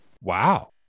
Wow